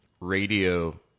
radio